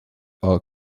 arc